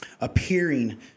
appearing